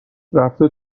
رفته